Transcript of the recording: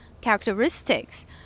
characteristics